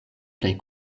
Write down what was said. plej